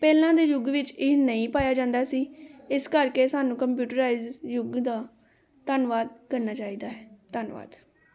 ਪਹਿਲਾਂ ਦੇ ਯੁੱਗ ਵਿੱਚ ਇਹ ਨਹੀਂ ਪਾਇਆ ਜਾਂਦਾ ਸੀ ਇਸ ਕਰਕੇ ਸਾਨੂੰ ਕੰਪਿਊਟਰਾਈਜ ਯੁੱਗ ਦਾ ਧੰਨਵਾਦ ਕਰਨਾ ਚਾਹੀਦਾ ਹੈ ਧੰਨਵਾਦ